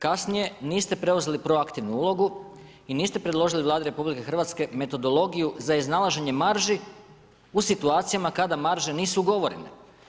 Kasnije niste preuzeli proaktivnu ulogu i niste predložili Vladi RH metodologiju za iznalaženje marži u situacijama kada marže nisu ugovorene.